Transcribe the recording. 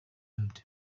melody